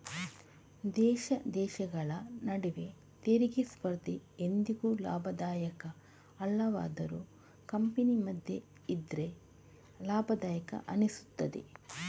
ದೇಶ ದೇಶಗಳ ನಡುವೆ ತೆರಿಗೆ ಸ್ಪರ್ಧೆ ಎಂದಿಗೂ ಲಾಭದಾಯಕ ಅಲ್ಲವಾದರೂ ಕಂಪನಿ ಮಧ್ಯ ಇದ್ರೆ ಲಾಭದಾಯಕ ಅನಿಸ್ತದೆ